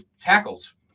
tackles